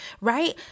right